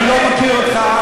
אני לא מכיר אותך,